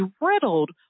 riddled